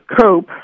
COPE